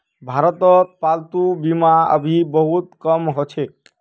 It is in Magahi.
भारतत पालतू बीमा अभी बहुत कम ह छेक